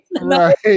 Right